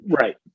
right